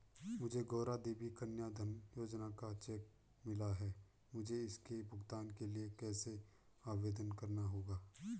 मुझे गौरा देवी कन्या धन योजना का चेक मिला है मुझे इसके भुगतान के लिए कैसे आवेदन करना होगा?